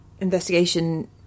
investigation